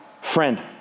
Friend